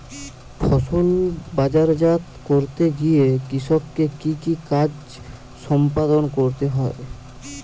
ফসল বাজারজাত করতে গিয়ে কৃষককে কি কি কাজ সম্পাদন করতে হয়?